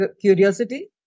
Curiosity